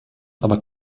aber